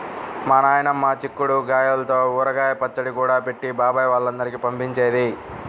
మా నాయనమ్మ చిక్కుడు గాయల్తో ఊరగాయ పచ్చడి కూడా పెట్టి బాబాయ్ వాళ్ళందరికీ పంపించేది